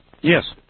Yes